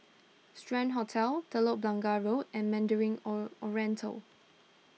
Strand Hotel Telok Blangah Road and Mandarin O Oriental